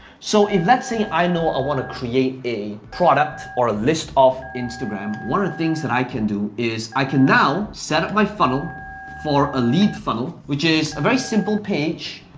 so if let's say, i know i want to create a product or a list of instagram, one of the things that i can do is, i can now set up my funnel for a lead funnel, which is a very simple page,